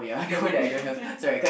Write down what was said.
that you didn't